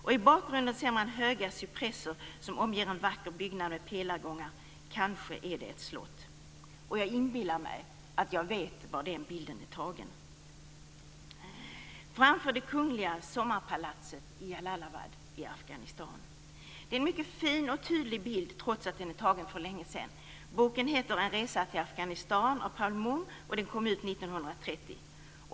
I bakgrunden ser man höga cypresser som omger en vacker byggnad med pelargångar, kanske är det ett slott. Jag inbillar mig att jag vet var den bilden är tagen: framför det kungliga sommarpalatset i Jalalabad i Afghanistan. Det är en mycket fin och tydlig bild, trots att den är tagen för länge sedan. Boken är skriven av Paul Mohn och heter En resa till Afghanistan, och den kom ut 1930.